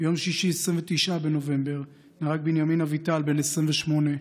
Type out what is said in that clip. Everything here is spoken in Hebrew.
ביום שישי, 29 בנובמבר, נהרג בנימין אביטל, בן 28,